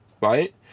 Right